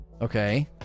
okay